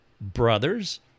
brothers